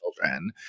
children